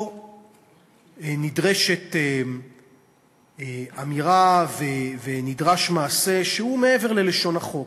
פה נדרשת אמירה ונדרש מעשה שהוא מעבר ללשון החוק,